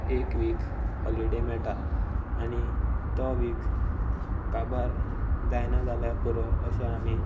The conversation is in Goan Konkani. एक वीक हॉलिडे मेळटा आनी तो वीक काबार जायना जाल्यार पुरो अशें आमी